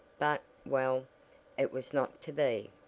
but well it was not to be.